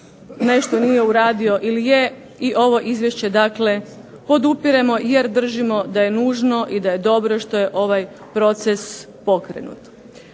nešto nije uradio ili je. I ovo Izvješće dakle podupiremo, jer držimo da je nužno i da je dobro što je ovaj proces pokrenut.